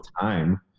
time